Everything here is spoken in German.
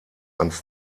ans